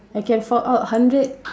I can fork out hundred